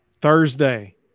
thursday